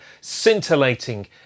scintillating